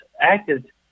acted